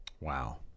Wow